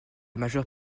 majeure